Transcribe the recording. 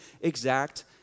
exact